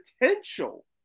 potential